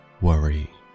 worry